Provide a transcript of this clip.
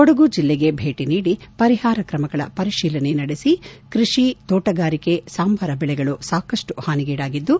ಕೊಡಗು ಜಿಲ್ಲೆಗೆ ಭೇಟಿ ನೀಡಿ ಪರಿಹಾರ ಕ್ರಮಗಳ ಪರಿಶೀಲನೆ ನಡೆಸಿ ಕೃಷಿ ತೋಟಗಾರಿಕೆ ಸಾಂಬಾರ ಬೆಳೆಗಳು ಸಾಕಷ್ಟು ಹಾನಿಗೀಡಾಗಿದ್ದು